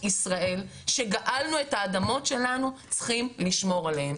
ישראל שגאלנו את האדמות שלנו צריכים לשמור עליהן,